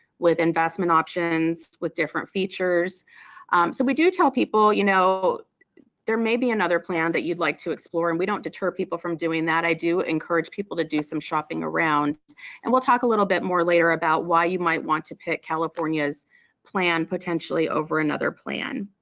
with investment options, with different features, so we do tell people you know there may be another plan that you'd like to explore and we don't deter people from doing that. i do encourage people to do some shopping around and we'll talk a little bit more later about why you might want to pick california's plan potentially over another plan.